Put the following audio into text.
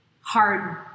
hard